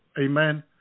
amen